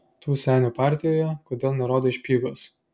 tu senių partijoje kodėl nerodai špygos